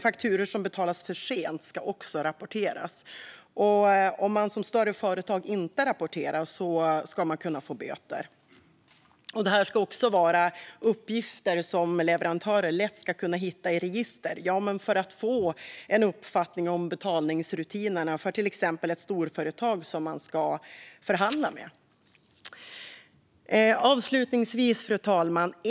Fakturor som betalas för sent ska också rapporteras. Om man som större företag inte rapporterar ska man kunna få böter. Det här ska vara uppgifter som leverantörer lätt ska kunna hitta i register för att få en uppfattning om betalningsrutinerna för till exempel ett storföretag som man ska förhandla med. Fru talman!